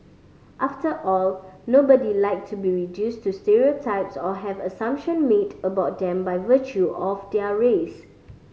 after all nobody like to be reduced to stereotypes or have assumption made about them by virtue of their race